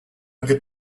get